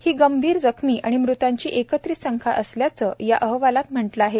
ही गंभीर जखमी आणि मृतांची एकत्रित संख्या असल्याचं या अहवालात म्हटलंय